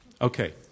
Okay